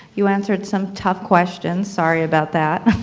you answered some tough questions. sorry about that.